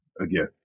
again